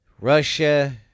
Russia